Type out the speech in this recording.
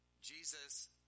Jesus